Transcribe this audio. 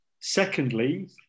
secondly